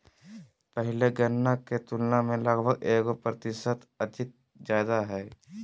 पहले गणना के तुलना में लगभग एगो प्रतिशत अधिक ज्यादा हइ